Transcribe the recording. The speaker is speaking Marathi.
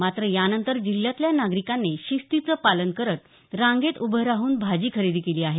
मात्र यानंतर जिल्ह्यातल्या नागरिकांनी शिस्तीचं पालन करत रांगेत उभं राहून भाजी खरेदी केली आहे